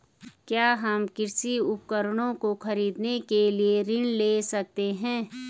क्या हम कृषि उपकरणों को खरीदने के लिए ऋण ले सकते हैं?